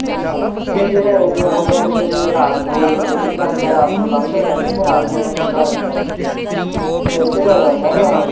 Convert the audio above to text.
ਅੱਛਿਆ ਤੇ ਜਿਹੜਾ ਏਰੀਆ ਹੈਗਾ ਜਿਵੇਂ ਰਾਤ ਨੂੰ ਕਲੋਨੀ 'ਚ ਆਉਂਦਾ ਰਾਤ ਨੂੰ ਬੰਦ ਹੋ ਜਾਂਦਾ ਕੇ ਰਾਤ ਨੂੰ ਉਹ ਖੁੱਲਾ ਰਹਿੰਦਾ ਰਜਿਸਟੀਡ ਹੋ ਜਾਂਦਾ ਨਾ ਰਾਤ